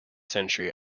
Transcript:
century